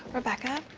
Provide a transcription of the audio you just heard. rebecca?